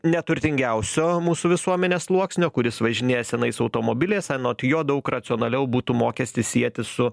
neturtingiausio mūsų visuomenės sluoksnio kuris važinėja senais automobiliais anot jo daug racionaliau būtų mokestį sieti su